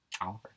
Oliver